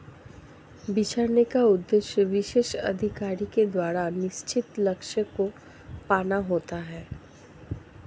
बिछड़ने का उद्देश्य विशेष अधिकारी के द्वारा निश्चित लक्ष्य को पाना होता है